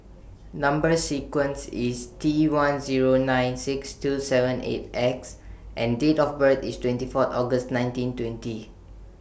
Number sequence IS T one Zero nine six two seven eight X and Date of birth IS twenty four August nineteen twenty